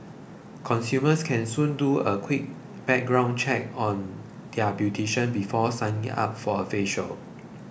consumers can soon do a quick background check on their beautician before signing up for a facial